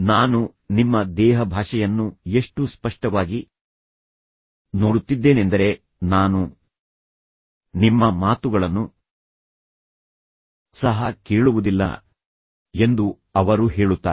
ನಾನು ನಿಮ್ಮ ದೇಹಭಾಷೆಯನ್ನು ಎಷ್ಟು ಸ್ಪಷ್ಟವಾಗಿ ನೋಡುತ್ತಿದ್ದೇನೆಂದರೆ ನಾನು ನಿಮ್ಮ ಮಾತುಗಳನ್ನು ಸಹ ಕೇಳುವುದಿಲ್ಲ ಎಂದು ಅವರು ಹೇಳುತ್ತಾರೆ